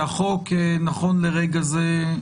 שהחוק, נכון לרגע זה,